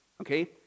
Okay